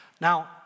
Now